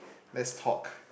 let's talk